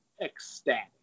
ecstatic